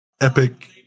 Epic